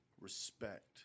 respect